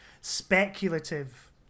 speculative